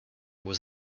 was